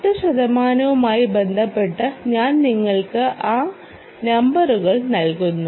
10 ശതമാനവുമായി ബന്ധപ്പെട്ട് ഞാൻ നിങ്ങൾക്ക് ആ നമ്പറുകൾ നൽകുന്നു